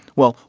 well,